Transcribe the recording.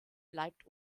bleibt